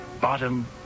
bottom